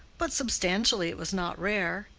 but substantially it was not rare.